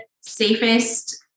safest